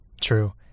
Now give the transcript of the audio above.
True